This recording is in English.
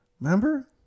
Remember